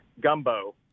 gumbo